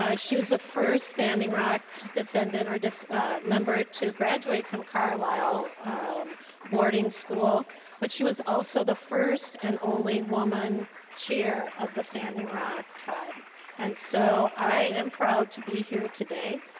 ah she was the first standing rock descendent or member to graduate from carlisle boarding school but she was also the first and only woman chair of the standing rock tribe and so i am proud to be here today.